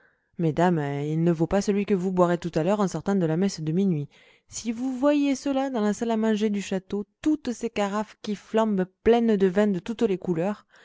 mais dame il ne vaut pas celui que vous boirez tout à l'heure en sortant de la messe de minuit si vous voyiez cela dans la salle à manger du château toutes ces carafes qui flambent pleines de vins de toutes les couleurs